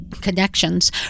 connections